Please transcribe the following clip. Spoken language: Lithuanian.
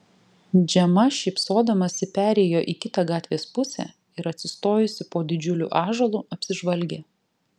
džema šypsodamasi perėjo į kitą gatvės pusę ir atsistojusi po didžiuliu ąžuolu apsižvalgė